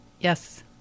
Yes